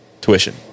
tuition